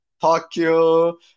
Tokyo